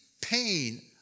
pain